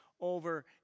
over